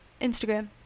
instagram